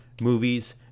movies